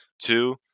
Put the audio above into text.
two